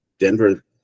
Denver